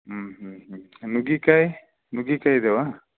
ಹ್ಞೂ ಹ್ಞೂ ಹ್ಞೂ ನುಗ್ಗಿಕಾಯಿ ನುಗ್ಗಿಕಾಯಿ ಇದ್ದಾವಾ